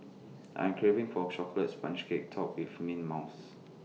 I am craving for A Chocolate Sponge Cake Topped with mint mouse